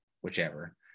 whichever